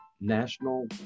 national